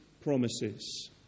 promises